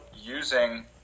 using